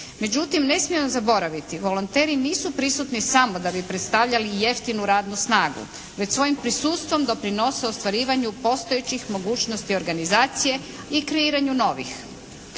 Međutim, ne smijemo zaboraviti volonteri nisu prisutni samo da bi predstavljali jeftinu radnu snagu, već svojim prisustvom doprinose ostvarivanju postojećih mogućnosti organizacije i kreiranju novih.